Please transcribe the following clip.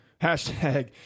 Hashtag